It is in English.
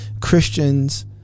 Christians